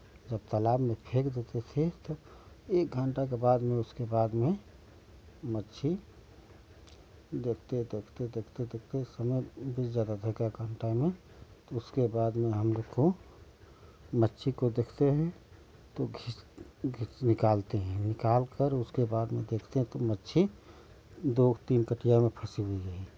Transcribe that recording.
जब तालाब में फेंक देते थे तो एक घंटा के बाद में उसके बाद में मच्छी देखते देखते देखते देखते समय बीत जाता था तो उसके बाद में हम लोग को मच्छी को देखते हैं तो खींच खींच निकालते हैं निकालकर उसके बाद में देखते हैं तो मच्छी दो तीन कटिया में फंसी हुई है